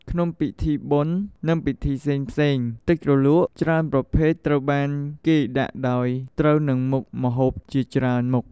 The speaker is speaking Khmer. ក្នុងពិធីបុណ្យ និងពិធីផ្សេងៗ ទឹកជ្រលក់ច្រើនប្រភេទត្រូវបានគេដាក់ដោយត្រូវនឹងមុខម្ហូបជាច្រើនមុខ។